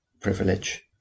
privilege